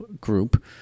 group